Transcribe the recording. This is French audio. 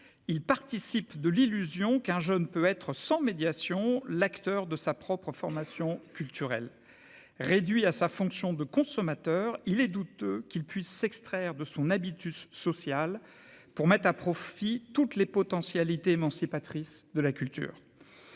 il participe de l'illusion qu'un jeune peut être sans médiation, l'acteur de sa propre formation culturelle, réduit à sa fonction de consommateurs, il est douteux qu'il puisse s'extraire de son habitus social pour mettre à profit toutes les potentialités émancipatrices de la culture,